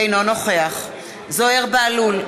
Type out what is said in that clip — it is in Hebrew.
אינו נוכח זוהיר בהלול,